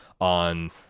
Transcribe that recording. on